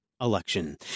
election